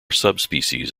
subspecies